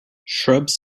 shrubs